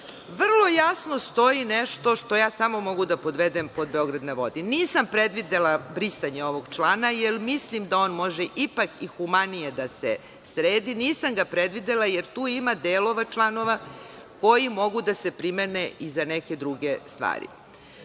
vrlo jasno stoji nešto što ja samo mogu da podvedem pod „Beograd na vodi“. Nisam predvidela brisanje ovog člana jer mislim da on može i humanije da se sredi. Nisam predvidela, jer tu ima delova članova koji mogu da se primene i za neke druge stvari.U